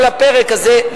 כל הפרק הזה,